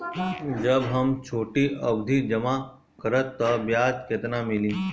जब हम छोटी अवधि जमा करम त ब्याज केतना मिली?